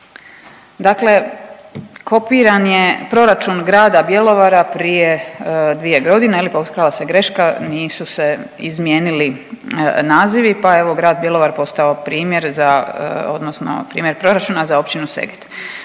Dakle, kopiran je proračun grada Bjelovara prije dvije godine, je li potkrala se greška. Nisu se izmijenili nazivi, pa je evo grad Bjelovar postao primjer za, odnosno primjer proračuna za općinu Seget.